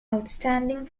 outstanding